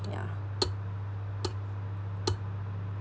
yeah